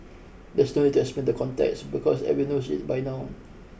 there's no need to explain the context because every knows it by now